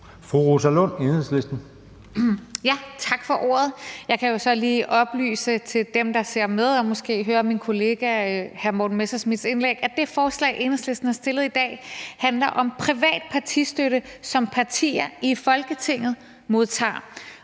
Rosa Lund (EL): Tak for ordet. Jeg kan så lige oplyse til dem, der ser med og måske hører min kollega hr. Morten Messerschmidts indlæg, at det forslag, Enhedslisten har fremsat i dag, handler om privat partistøtte, som partier i Folketinget modtager.